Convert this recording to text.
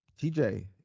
TJ